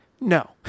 No